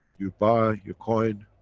you buy your coin,